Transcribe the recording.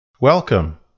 Welcome